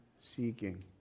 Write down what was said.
seeking